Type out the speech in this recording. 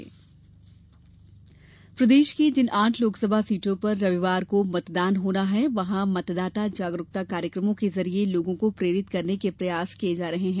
मतदाता जागरूकता प्रदेश की जिन आठ लोकसभा सीटों पर रविवार को मतदान होना है वहां पर मतदाता जागरूकता कार्यक्रमों के जरिए लोगों को प्रेरित करने के प्रयास किये जा रहे हैं